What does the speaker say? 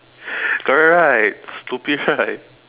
correct right stupid right